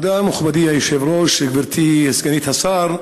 תודה, מכובדי היושב-ראש, גברתי סגנית השר,